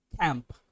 camp